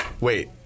wait